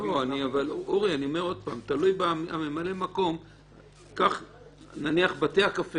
לא, אבל, אורי, אני אומר עוד פעם: נניח בתי הקפה